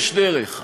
יש דרך.